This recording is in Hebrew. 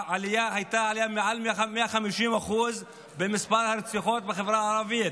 הייתה עלייה מעל 150% במספר הרציחות בחברה הערבית.